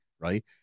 right